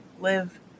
live